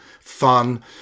fun